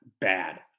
bad